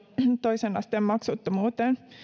toisen asteen maksuttomuuteen